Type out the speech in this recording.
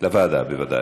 לוועדה, בוודאי.